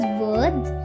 words